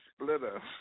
Splitter